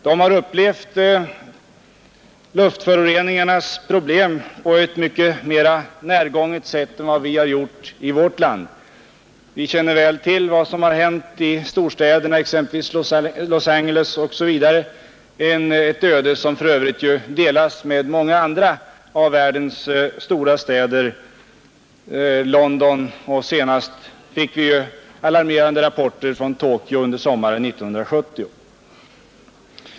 Där har man upplevt luftföroreningarnas problem på ett mycket mera närgånget sätt än vad vi har gjort i vårt land. Vi känner väl till luftföroreningsproblemen i de amerikanska storstäderna, exempelvis i Los Angeles — problem som för övrigt delas med många andra av världens stora städer såsom t.ex. London och Paris. Senast fick vi alarmerande rapporter från Tokyo under sommaren 1970.